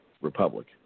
republic